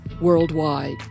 worldwide